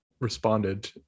responded